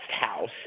house